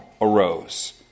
arose